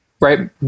right